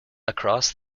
across